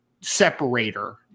separator